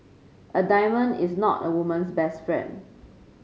a diamond is not a woman's best friend